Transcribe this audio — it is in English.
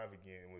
again